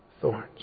Thorns